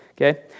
Okay